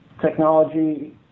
technology